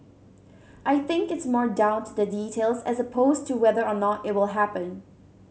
I think it's more down to the details as opposed to whether or not it will happen